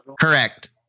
Correct